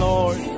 Lord